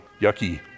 yucky